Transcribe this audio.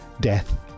Death